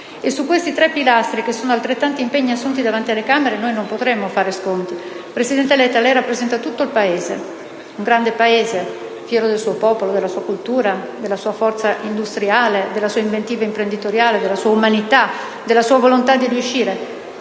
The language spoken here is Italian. E su questi tre pilastri, che sono altrettanti impegni assunti davanti alle Camere, noi non potremo fare sconti. Presidente Letta, lei rappresenta tutto il Paese, un grande Paese, fiero del suo popolo, della sua cultura, della sua forza industriale, della sua inventiva imprenditoriale, della sua umanità, della sua volontà di riuscire.